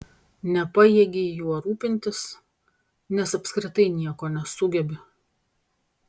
nepajėgei juo rūpintis nes apskritai nieko nesugebi